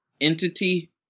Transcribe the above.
entity